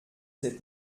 sept